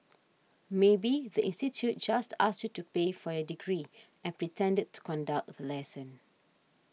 maybe the institute just asked you to pay for your degree and pretended to conduct the lesson